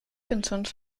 cançons